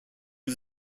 was